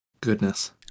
goodness